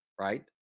right